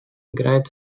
играет